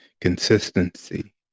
consistency